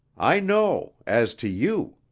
i know. as to you!